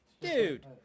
Dude